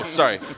sorry